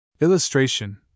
Illustration